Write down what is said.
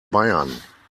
bayern